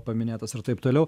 paminėtas ir taip toliau